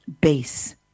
base